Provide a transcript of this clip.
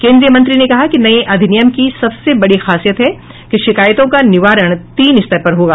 केन्द्रीय मंत्री ने कहा कि नये अधिनियम की सबसे बड़ी खासियत है कि शिकायतों का निवारण तीन स्तर पर होगा